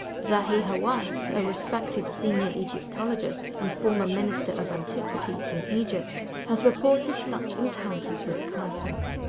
zahi hawass, a respected senior egyptologist and former minister of antiquities in egypt, has reported such encounters with curses.